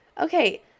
Okay